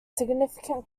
significant